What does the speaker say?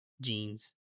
jeans